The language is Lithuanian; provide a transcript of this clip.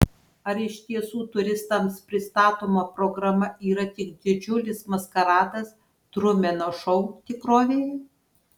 ar iš tiesų turistams pristatoma programa yra tik didžiulis maskaradas trumeno šou tikrovėje